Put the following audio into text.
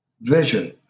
vision